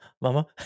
mama